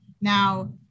now